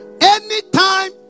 anytime